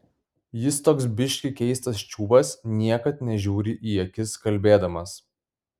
jis toks biškį keistas čiuvas niekad nežiūri į akis kalbėdamas